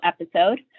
episode